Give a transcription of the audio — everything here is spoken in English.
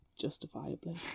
Justifiably